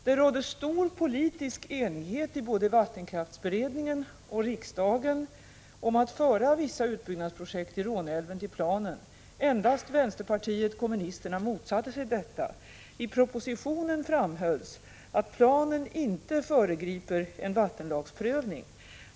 Det rådde stor politisk enighet i både vattenkraftberedningen och riksdagen om att föra vissa utbyggnadsprojekt i Råneälven till planen. Endast vänsterpartiet kommunisterna motsatte sig detta. I propositionen framhölls att planen inte föregriper en vattenlagsprövning.